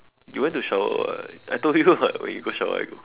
you went to shower [what] I told you [what] when you go shower I go